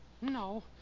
No